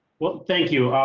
well, thank you.